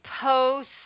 post